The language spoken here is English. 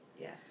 Yes